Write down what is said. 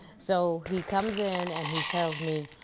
so he comes in and he tells me,